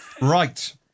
Right